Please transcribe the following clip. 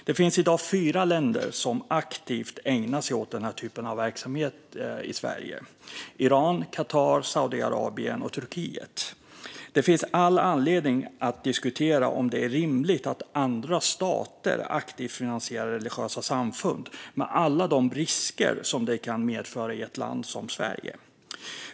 Det finns i dag fyra länder som aktivt ägnar sig åt den typen av verksamhet i Sverige: Iran, Qatar, Saudiarabien och Turkiet. Det finns all anledning att diskutera om det är rimligt att andra stater aktivt finansierar religiösa samfund, med alla de risker som de kan medföra i ett land som Sverige.